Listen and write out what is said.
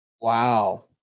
Wow